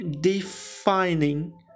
defining